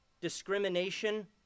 discrimination